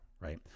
right